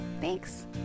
thanks